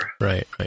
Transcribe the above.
Right